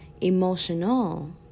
emotional